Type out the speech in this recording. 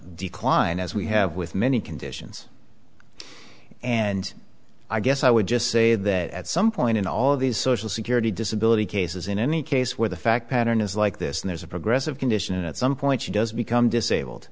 decline as we have with many conditions and i guess i would just say that at some point in all of these social security disability cases in any case where the fact pattern is like this there's a progressive condition and at some point she does become disabled